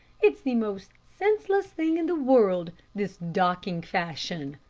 it's the most senseless thing in the world, this docking fashion.